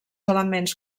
elements